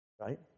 Right